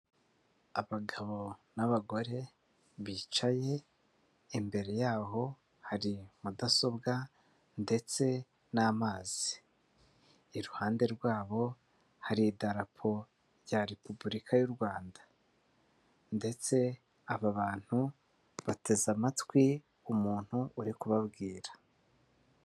Abagabo n'abagore bicaye imbere yaho hari mudasobwa ndetse n'amazi. Iruhande rwabo hari idarapo rya Repubulika y'u Rwanda ndetse aba bantu bateze amatwi umuntu uri kubabwira.